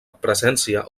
presència